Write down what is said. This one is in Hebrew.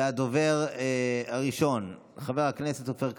הדובר הראשון, חבר הכנסת עופר כסיף.